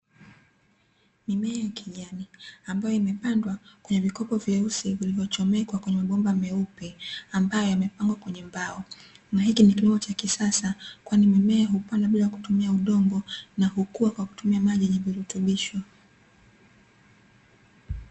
Mimea ya kijani ambayo imepandwa kwenye vikopo vyeusi vilivyo chomekwa kwenye mabomba meupe ambayo yamepangwa kwenye mbao, na hiki ni kilimo cha kisasa kwani mimea hupandwa bila kutumia udongo na kukua kwakutumia maji yenye virutubisho.